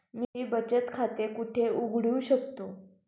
मी बचत खाते कुठे उघडू शकतो?